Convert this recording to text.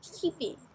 keeping